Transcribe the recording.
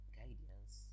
guidance